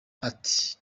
ati